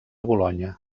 bolonya